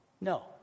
no